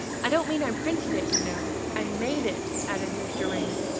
i don't mean i printed it, you know. i made it, added mr. raymond,